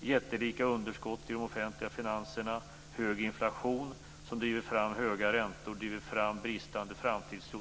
Det gäller jättelika underskott i de offentliga finanserna och det gäller hög inflation, som driver fram höga räntor och bristande framtidstro.